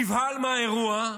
נבהל מהאירוע,